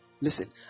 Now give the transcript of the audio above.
Listen